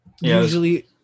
usually